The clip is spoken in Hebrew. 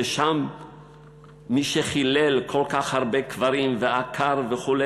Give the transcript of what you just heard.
ששם מי שחילל כל כך הרבה קברים ועקר וכו',